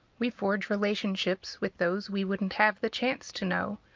we forge relationships with those we wouldn't have the chance to know,